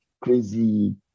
Crazy